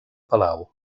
palau